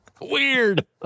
Weird